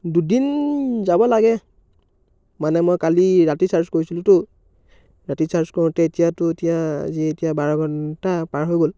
দুদিন যাব লাগে মানে মই কালি ৰাতি চাৰ্জ কৰিছিলোতো ৰাতি চাৰ্জ কৰোঁতে এতিয়াটো এতিয়া আজি এতিয়া বাৰ ঘণ্টা পাৰ হৈ গ'ল